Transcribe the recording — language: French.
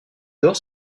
dans